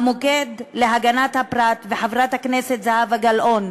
"המוקד להגנת הפרט" וחברת הכנסת זהבה גלאון,